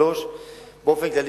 3. באופן כללי,